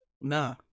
Nah